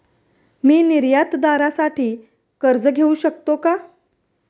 मी निर्यातदारासाठी कर्ज घेऊ शकतो का?